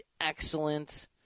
excellent